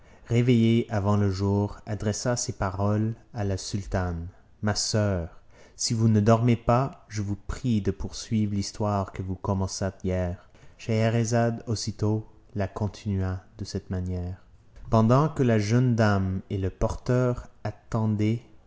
réveillée avant le jour adressa ces paroles à la sultane ma soeur si vous ne dormez pas je vous prie de poursuivre l'histoire que vous commençâtes hier scheherazade aussitôt la continua de cette manière pendant que la jeune dame et le porteur